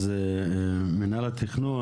אז מינהל התכנון,